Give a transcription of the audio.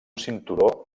cinturó